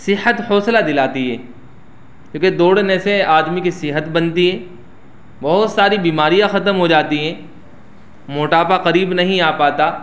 صحت حوصلہ دلاتی ہے کیوںکہ دوڑنے سے آدمی کی صحت بنتی ہے بہت ساری بیماریاں ختم ہوجاتی ہیں موٹاپا قریب نہیں آ پاتا